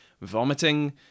vomiting